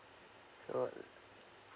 so